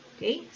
Okay